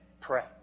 pray